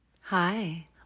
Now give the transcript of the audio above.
Hi